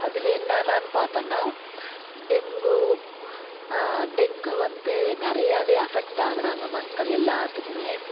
அதில் என்னன்னான்னு பார்த்தோன்னா டெங்கு டெங்கு வந்து நிறையவே அஃபெக்ட் ஆகுறாங்க மக்கள் எல்லாத்துக்குமே